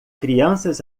crianças